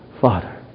Father